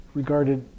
regarded